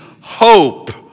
hope